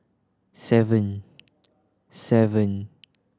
seven seven